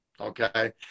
Okay